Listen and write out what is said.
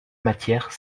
matière